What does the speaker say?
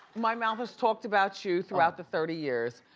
my mouth has talked about you throughout the thirty years.